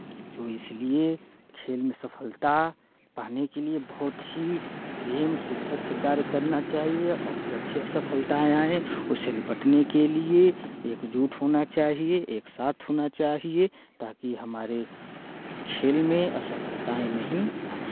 तो इसलिए खेल में सफलता पाने के लिए बहुत ही प्रेम शिद्दत से कार्य करना चाहिए और जब भी असफलता आए उससे निपटने के लिए एकजुट होना चाहिए एकसाथ होना चाहिए ताकि हमारे खेल में असफलताएं नहीं आएँ